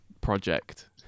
project